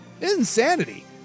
Insanity